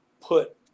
put